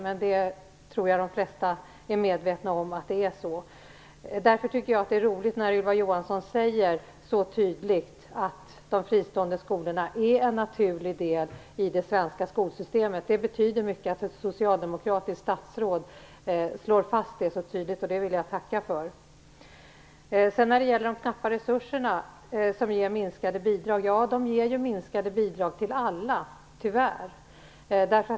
Men jag tror att de flesta är medvetna om att det är så. Jag tycker därför att det är roligt att Ylva Johansson så tydligt säger att de fristående skolorna är en naturlig del i det svenska skolsystemet. Det betyder mycket att ett socialdemokratiskt statsråd slår fast det så tydligt, och det vill jag tacka för. Sedan till frågan om att de knappa resurserna ger minskade bidrag. Det blir tyvärr minskade bidrag till alla.